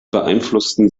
beeinflussten